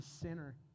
sinner